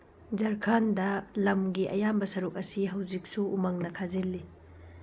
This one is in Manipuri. ꯖꯔꯈꯟꯗ ꯂꯝꯒꯤ ꯑꯌꯥꯝꯕ ꯁꯔꯨꯛ ꯑꯁꯤ ꯍꯧꯖꯤꯛꯁꯨ ꯎꯃꯪꯅ ꯈꯥꯖꯤꯜꯂꯤ